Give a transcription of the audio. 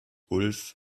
ulf